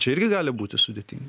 čia irgi gali būti sudėtinga